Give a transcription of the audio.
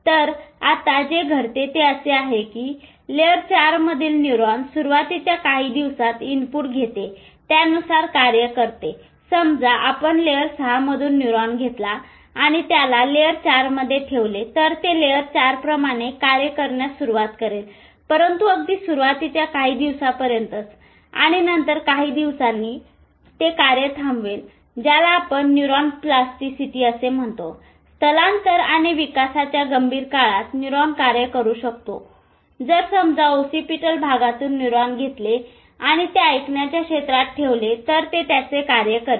तर आता जे घडते ते असे आहे की लेयर 4 मधील न्यूरॉन सुरुवातीच्या काही दिवसांत इनपुट घेते त्यानुसार कार्य करेल समजा आपण लेयर 6 मधून न्यूरॉन घेतला आणि त्याला लेयर 4 मध्ये ठेवले तर ते लेयर 4 प्रमाणे कार्य करण्यास सुरवात करेल परंतु अगदी सुरुवातीच्या काही दिवसापर्यंतच आणि नंतर काही दिवसांनी ते कार्य थांबवतील ज्याला आपण न्यूरॉन प्लास्टीसिटी असे म्हणतो स्थलांतर आणि विकासाच्या गंभीर काळात न्यूरॉन कार्य करू शकतो जर समजा ओसीपीटल भागातून न्यूरॉन घेतले आणि ते ऐकण्याच्या क्षेत्रात ठेवले तर ते त्याचे कार्य करेल